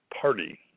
party